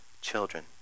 children